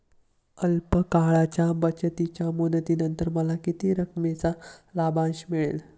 अल्प काळाच्या बचतीच्या मुदतीनंतर मला किती रकमेचा लाभांश मिळेल?